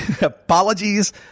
Apologies